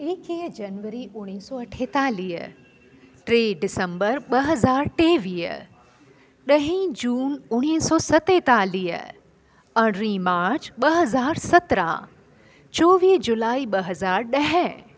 एकवीह जनवरी उणिवीह सौ अठेतालीह टे डिसम्बर ॿ हज़ार टेवीह ॾहीं जून उणिवीह सौ सतेतालीह अरड़हं मार्च ॿ हज़ार सतरहं चोवीह जुलाई ॿ हज़ार ॾह